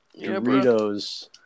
Doritos